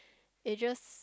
it just